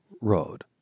road